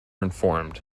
informed